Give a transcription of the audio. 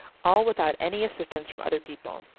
all without any assistance from other people.